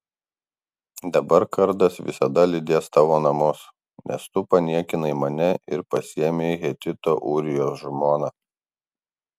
dabar kardas visada lydės tavo namus nes tu paniekinai mane ir pasiėmei hetito ūrijos žmoną